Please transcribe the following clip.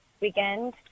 weekend